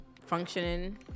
functioning